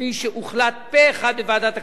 כפי שהוחלט פה-אחד בוועדת הכספים.